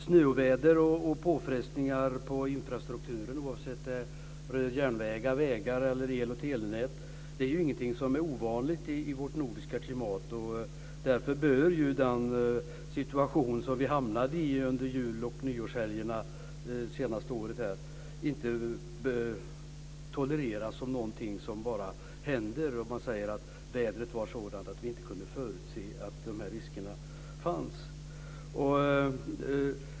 Snöoväder och påfrestningar på infrastrukturen, oavsett om det rör järnvägar, vägar eller el och telenät, är ingenting ovanligt i vårt nordiska klimat. Därför bör inte den situation som vi hamnade i under jul och nyårshelgerna tolereras som någonting som bara händer, att man säger att vädret var sådant att vi inte kunde förutse att de här riskerna fanns.